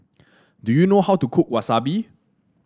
do you know how to cook Wasabi